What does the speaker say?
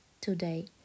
Today